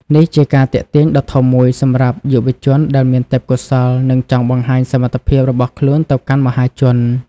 នេះជាការទាក់ទាញដ៏ធំមួយសម្រាប់យុវជនដែលមានទេពកោសល្យ និងចង់បង្ហាញសមត្ថភាពរបស់ខ្លួនទៅកាន់មហាជន។